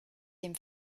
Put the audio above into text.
dem